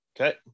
okay